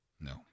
No